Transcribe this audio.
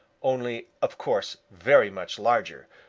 only of course very much larger.